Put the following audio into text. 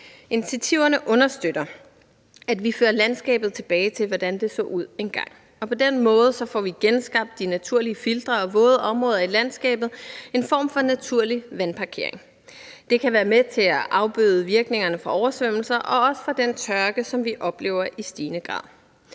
Initiativerne understøtter, at vi fører landskabet tilbage til, hvordan det så ud engang, og på den måde får vi genskabt de naturlige filtre og våde områder i landskabet, en form for naturlig vandparkering. Det kan være med til at afbøde virkningerne af oversvømmelser og også af den tørke, som vi i stigende grad